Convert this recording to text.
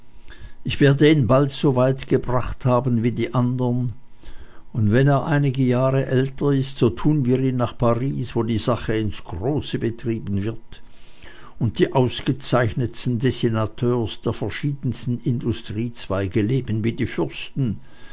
ich werde ihn bald so weit gebracht haben wie die anderen und wenn er einige jahre älter ist so tun wir ihn nach paris wo die sache ins große betrieben wird und die ausgezeichnetsten dessinateurs der verschiedensten industriezweige leben wie die fürsten